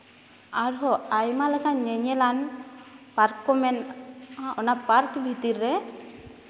ᱟᱨᱦᱚᱸ ᱟᱭᱢᱟ ᱞᱮᱠᱟᱱ ᱧᱮᱧᱮᱞᱟᱱ ᱯᱟᱨᱠ ᱠᱚ ᱢᱮᱱᱟᱜᱼᱟ ᱚᱱᱟ ᱯᱟᱨᱠ ᱵᱷᱤᱛᱤᱨ ᱨᱮ